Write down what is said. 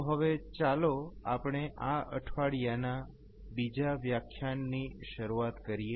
તો હવે ચાલો આપણે આ અઠવાડિયાના બીજા વ્યાખ્યાનની શરૂઆત કરીએ